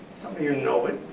you know it.